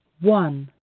one